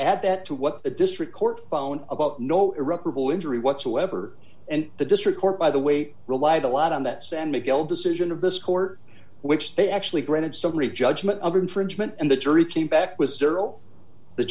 add that to what the district court phone about no irreparable injury whatsoever and the district court by the way relied a lot on that san miguel decision of this court which they actually granted summary judgment of infringement and the jury came back with